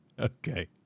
Okay